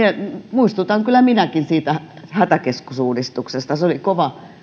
muistutan kyllä minäkin siitä hätäkeskusuudistuksesta se oli kova